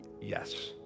Yes